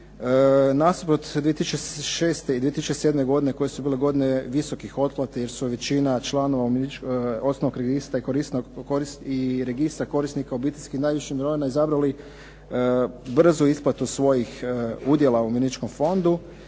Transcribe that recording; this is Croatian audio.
Nasuprot 2006. i 2007. godine koje su bile godine visokih otplata jer su većina članova osnovnog registra i registra korisnika obiteljskih najviših mirovina izabrali brzu isplatu svojih udjela u umirovljeničkom fondu